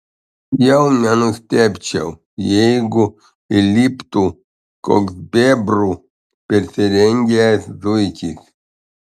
jau nenustebčiau jeigu įliptų koks bebru persirengęs zuikis